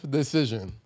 decision